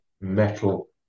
metal